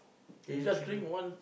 they just drink ah